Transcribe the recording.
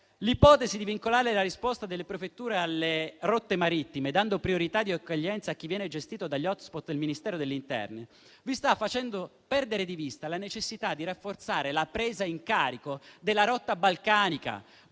L'ipotesi di vincolare la risposta delle prefetture alle rotte marittime, dando priorità di accoglienza a chi viene gestito dagli *hotspot* del Ministero dell'interno, vi sta facendo perdere di vista la necessità di rafforzare la presa in carico della rotta balcanica,